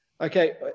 okay